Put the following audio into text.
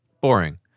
boring